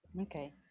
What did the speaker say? Okay